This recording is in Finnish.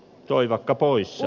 herra puhemies